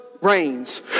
Reigns